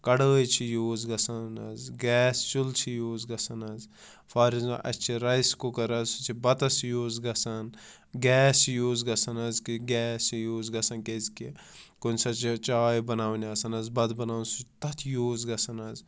کَڑٲے چھِ یوٗز گژھان حظ گیس چوٗلہٕ چھِ یوٗز گژھان حظ فار اٮ۪گزامپٕل اَسہِ چھِ رَیِس کُکَر حظ سُہ چھُ بَتَس یوٗز گژھان گیس چھِ یوٗز گژھان حظ کہ گیس چھِ یوٗز گژھان کیازِ کہ کُنہِ ساتہٕ چھِ چاے بَناوٕنۍ آسان حظ بَتہٕ بَناوُن سُہ تَتھ یوٗز گژھان حظ